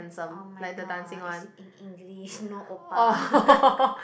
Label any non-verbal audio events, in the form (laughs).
oh-my-god it's in English no oppa (laughs)